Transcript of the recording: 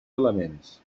elements